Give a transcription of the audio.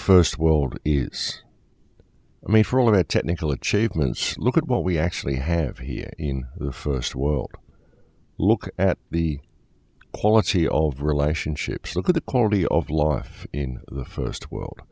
first world is made for all of the technical achievements look at what we actually have here in the first world look at the quality all relationships look at the quality of life in the first world